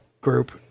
group